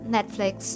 Netflix